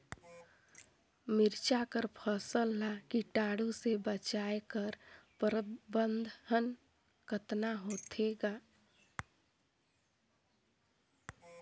मिरचा कर फसल ला कीटाणु से बचाय कर प्रबंधन कतना होथे ग?